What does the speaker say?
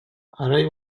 арай